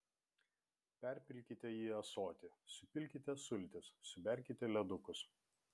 perpilkite į ąsotį supilkite sultis suberkite ledukus